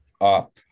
up